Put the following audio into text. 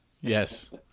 Yes